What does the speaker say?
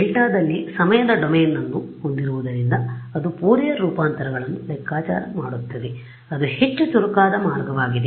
ಡೆಲ್ಟಾದಲ್ಲಿ ಸಮಯದ ಡೊಮೇನ್ ಅನ್ನು ಹೊಂದಿರುವುದರಿಂದ ಅದು ಫೋರಿಯರ್ ರೂಪಾಂತರಗಳನ್ನು ಲೆಕ್ಕಾಚಾರ ಮಾಡುತ್ತದೆ ಅದು ಹೆಚ್ಚು ಚುರುಕಾದ ಮಾರ್ಗವಾಗಿದೆ